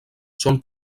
són